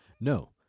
No